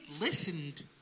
listened